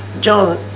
John